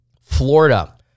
Florida